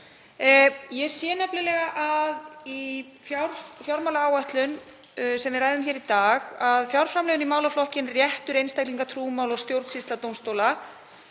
Ég sé nefnilega að í fjármálaáætlun sem við ræðum í dag eiga fjárframlög í málaflokkinn Réttur einstaklinga, trúmál og stjórnsýsla dómstóla